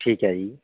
ਠੀਕ ਹੈ ਜੀ